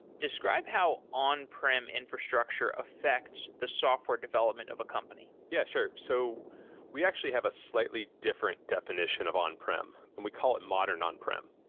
describe how on-prem infrastructure affects the software development of a company. yeah, sure. so we actually have a slightly different definition of on-prem, and we call it modern on-prem.